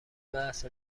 بحث